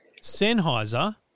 Sennheiser